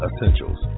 Essentials